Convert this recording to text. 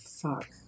Fuck